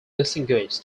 distinguish